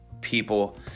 people